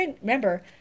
remember